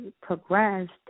progressed